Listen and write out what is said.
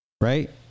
right